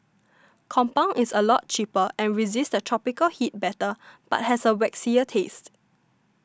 compound is a lot cheaper and resists the tropical heat better but has a waxier taste